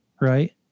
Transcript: right